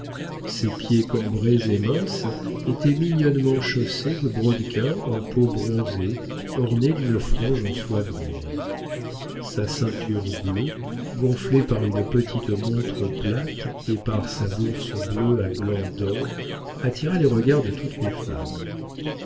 ses pieds cambrés et minces étaient mignonnement chaussés de brodequins en peau bronzée ornés d'une frange en soie brune sa ceinture bleue gonflée par une petite montre plate et par sa bourse bleue à glands d'or attira les regards de toutes les femmes